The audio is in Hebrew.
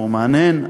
והוא מהנהן,